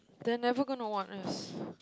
they're never gonna want us